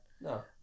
No